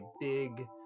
big